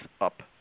up